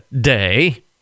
Day